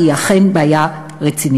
כי היא אכן בעיה רצינית.